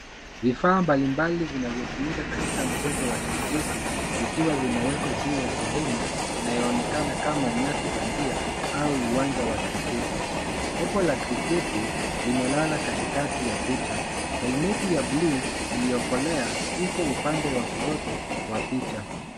Vifaa mbali mbali vinavyotumika katika mchezo wa kriketi vikiwa vimewekwa juu ya sehemu inayoonekana kama nyasi bandia au uwanja wa kriketi. Popo la kriketi limelala katikati ya picha. Helmeti ya bluu iliyokolea iko upande wa kushoto wa picha.